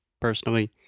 personally